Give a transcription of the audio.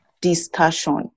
discussion